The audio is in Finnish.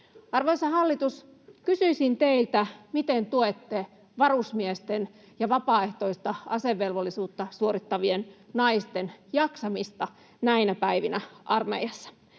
Arvoisa hallitus, kysyisin teiltä, miten tuette varusmiesten ja vapaaehtoista asevelvollisuutta suorittavien naisten jaksamista näinä päivinä armeijassa.